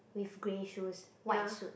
with grey shoes white suit